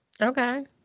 Okay